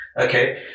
Okay